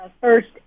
first